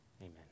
amen